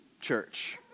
church